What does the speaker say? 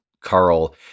Carl